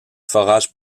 forages